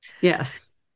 Yes